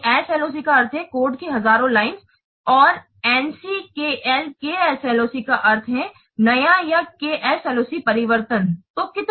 KSLOC का अर्थ है कोड की हजारों source line और NCKLKSLOC का अर्थ है नया या KSLOC परिवर्तन तो कितने